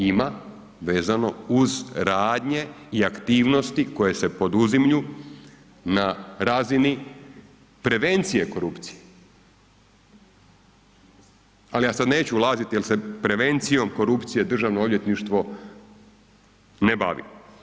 Ima vezano uz radnje i aktivnosti koje se poduzimlju na razini prevencije korupcije ali ja sad neću ulazit jer se prevencijom korupcije Državno odvjetništvo ne bavi.